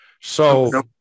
So-